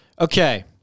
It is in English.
Okay